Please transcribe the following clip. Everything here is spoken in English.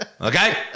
Okay